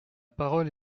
parole